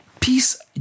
peace